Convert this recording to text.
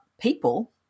people